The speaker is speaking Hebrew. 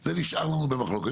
זה נשאר לנו במחלוקת.